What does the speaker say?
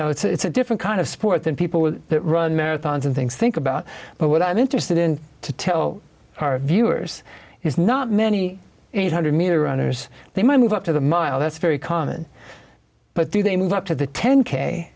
know it's a different kind of sport then people will run marathons and things think about but what i'm interested in to tell our viewers is not many eight hundred metre runners they might move up to the mile that's very common but do they move up to the ten k